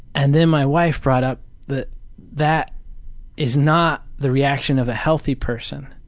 and then my wife brought up that that is not the reaction of a healthy person.